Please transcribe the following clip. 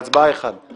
להצבעה אחד - אתה.